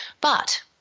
But-